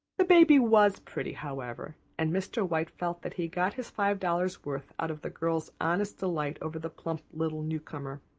the baby was pretty, however, and mr. white felt that he got his five dollars' worth of the girls' honest delight over the plump little newcomer.